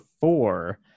four